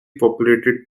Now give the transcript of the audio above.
populated